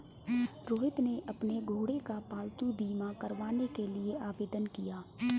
रोहित ने अपने घोड़े का पालतू बीमा करवाने के लिए आवेदन किया